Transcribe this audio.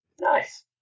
Nice